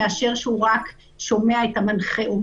והוא מאשר כשהוא רק שומע את המנחה.